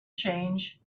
change